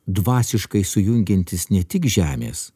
dvasiškai sujungiantis ne tik žemės